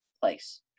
place